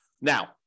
Now